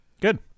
Good